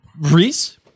Reese